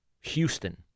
Houston